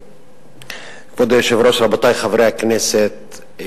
כבוד היושב-ראש, רבותי חברי הכנסת,